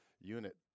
unit